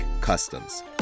Customs